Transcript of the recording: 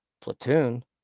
platoon